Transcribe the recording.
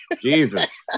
Jesus